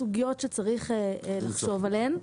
סוגיות שצריך לחשוב עליהן.